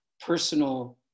personal